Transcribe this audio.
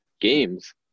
games